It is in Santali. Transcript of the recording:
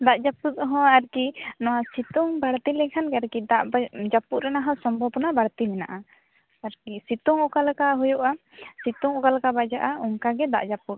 ᱫᱟᱜ ᱡᱟᱹᱯᱩᱫ ᱦᱚᱸ ᱟᱨᱠᱤ ᱱᱚᱣᱟ ᱥᱤᱛᱩᱝ ᱵᱟᱹᱲᱛᱤ ᱞᱮᱠᱷᱟᱱ ᱜᱮ ᱟᱨᱠᱤ ᱫᱟᱜ ᱫᱚ ᱡᱟᱹᱯᱩᱫ ᱨᱮᱱᱟᱜ ᱦᱚᱸ ᱥᱚᱢᱵᱷᱚᱵᱚᱱᱟ ᱵᱟᱹᱲᱛᱤ ᱢᱮᱱᱟᱜᱼᱟ ᱟᱨᱠᱤ ᱥᱤᱛᱩᱝ ᱚᱠᱟᱞᱮᱠᱟ ᱦᱩᱭᱩᱜᱼᱟ ᱥᱤᱛᱩᱝ ᱚᱠᱟᱞᱮᱠᱟ ᱵᱟᱡᱟᱜᱟ ᱚᱱᱠᱟ ᱜᱮ ᱫᱟᱜ ᱡᱟᱹᱯᱩᱫ